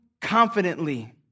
confidently